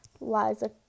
Liza